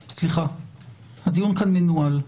הדיון כאן מנוהל.